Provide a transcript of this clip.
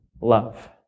love